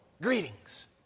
Greetings